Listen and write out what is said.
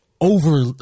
over